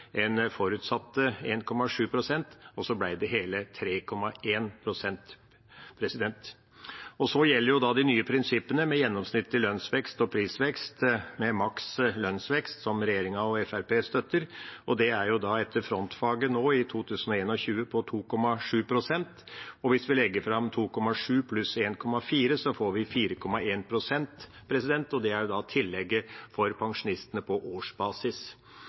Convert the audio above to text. en forutsatte 1,7 pst., og så ble det hele 3,1 pst. Så gjelder de nye prinsippene med gjennomsnittlig lønnsvekst og prisvekst med maks lønnsvekst som regjeringa og Fremskrittspartiet støtter, og det er etter frontfaget nå i 2021 på 2,7 pst. Hvis vi legger fram 2,7 pst. pluss 1,4 pst., får vi 4,1 pst., og det er da tillegget for pensjonistene på årsbasis.